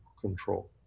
control